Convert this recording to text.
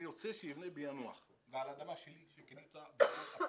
אני רוצה שיבנה ביאנוח ועל האדמה שלי שקניתי אותה בזעת אפי.